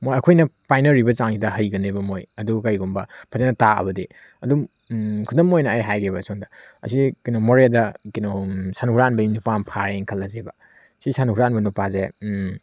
ꯃꯣꯏ ꯑꯩꯈꯣꯏꯅ ꯄꯥꯏꯅꯔꯤꯕ ꯆꯥꯡꯁꯤꯗ ꯍꯩꯒꯅꯦꯕ ꯃꯣꯏ ꯑꯗꯨꯒ ꯀꯩꯒꯨꯝꯕ ꯐꯖꯅ ꯊꯥꯛꯑꯗꯤ ꯑꯗꯨꯝ ꯈꯨꯗꯝ ꯑꯣꯏꯅ ꯑꯩ ꯍꯥꯏꯒꯦꯕ ꯁꯣꯟꯗ ꯑꯁꯤ ꯀꯩꯅꯣ ꯃꯣꯔꯦꯗ ꯀꯩꯅꯣ ꯁꯟ ꯍꯨꯔꯥꯟꯕꯒꯤ ꯅꯨꯄꯥ ꯑꯃ ꯐꯔꯦ ꯈꯜꯂꯁꯦꯕ ꯁꯤ ꯁꯟ ꯍꯨꯔꯥꯟꯕ ꯅꯨꯄꯥꯁꯦ